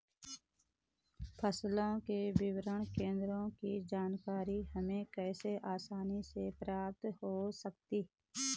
फसलों के विपणन केंद्रों की जानकारी हमें कैसे आसानी से प्राप्त हो सकती?